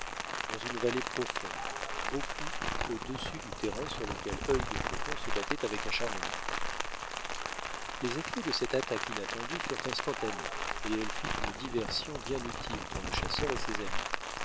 dans une vallée profonde beaucoup au-dessus du terrain sur lequel œilde faucon se battait avec acharnement les effets de cette attaque inattendue furent instantanés et elle fit une diversion bien utile pour le chasseur et ses amis